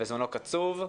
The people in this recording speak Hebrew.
וזמנו קצוב.